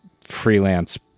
freelance